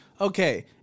Okay